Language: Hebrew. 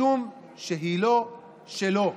משום שהיא לא שלו.